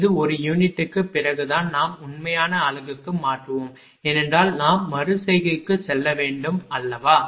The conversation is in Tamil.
இது ஒரு யூனிட்டுக்கு பிறகுதான் நாம் உண்மையான அலகுக்கு மாற்றுவோம் ஏனென்றால் நாம் மறு செய்கைக்கு செல்ல வேண்டும் அல்லவா